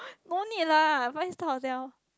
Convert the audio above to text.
no need lah five star hotel